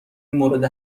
مورد